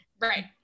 right